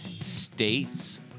States